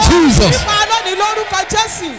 Jesus